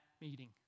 meeting